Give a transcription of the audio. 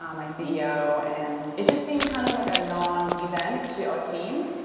um my ceo, and it just seemed kind of like a non-event to our team.